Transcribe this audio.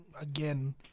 again